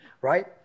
right